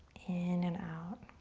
in and out.